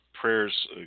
prayers